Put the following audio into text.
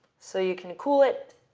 so you can cool it,